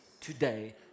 today